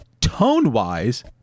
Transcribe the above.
tone-wise